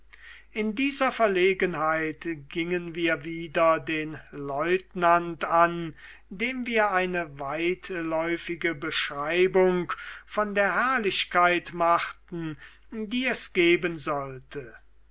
in dieser verlegenheit gingen wir wieder den lieutenant an dem wir eine weitläufige beschreibung von der herrlichkeit machten die es geben sollte